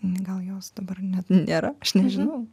gal jos dabar net nėra aš nežinau